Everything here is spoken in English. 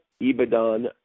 Ibadan